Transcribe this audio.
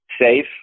safe